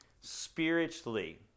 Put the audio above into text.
spiritually